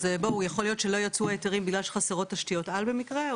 יכול להיות שלא הוציאו היתרים בגלל שחסרות תשתיות על במקרה?